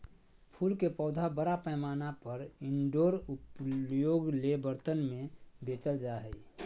फूल के पौधा बड़ा पैमाना पर इनडोर उपयोग ले बर्तन में बेचल जा हइ